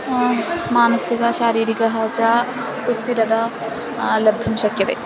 मानसिक शारीरिकः च सुस्थिरता लब्धुं शक्यते